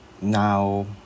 Now